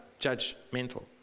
judgmental